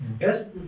Yes